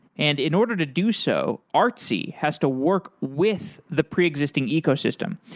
and in order to do so, artsy has to work with the pre-existing ecosystem.